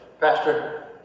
Pastor